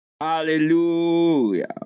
Hallelujah